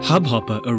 HubHopper